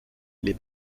les